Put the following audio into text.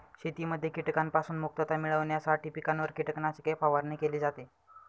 शेतीमध्ये कीटकांपासून मुक्तता मिळविण्यासाठी पिकांवर कीटकनाशके फवारणी केली जाते